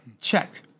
checked